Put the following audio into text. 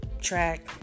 track